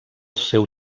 seu